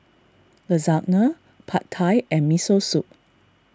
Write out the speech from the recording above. Lasagna Pad Thai and Miso Soup